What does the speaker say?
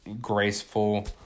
graceful